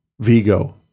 vigo